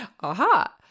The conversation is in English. aha